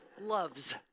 loves